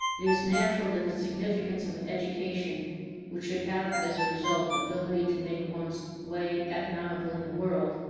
it is natural that the significance of an education which should have as a result ability to make one's way economically in the world,